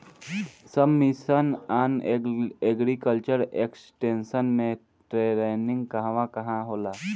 सब mission on agriculture extension मै टेरेनीं कहवा कहा होला?